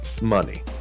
money